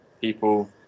people